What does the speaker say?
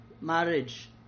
marriage